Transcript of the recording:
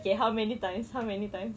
okay how many times how many times